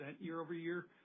year-over-year